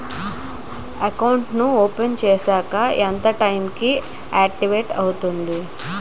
Account నీ open చేశాక ఎంత టైం కి ఆక్టివేట్ అవుతుంది?